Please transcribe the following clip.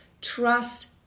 Trust